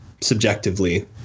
subjectively